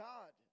God